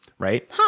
Right